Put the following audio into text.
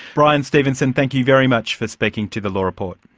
bryan stevenson, thank you very much for speaking to the law report.